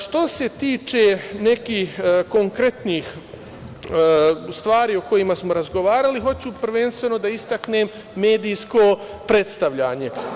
Što se tiče nekih konkretnih stvari o kojima smo razgovarali, hoću prvenstveno da istaknem medijsko predstavljanje.